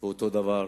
אותו הדבר,